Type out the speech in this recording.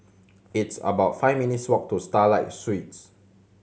it's about five minutes' walk to Starlight Suites